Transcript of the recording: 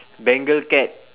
bengal cat